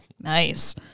Nice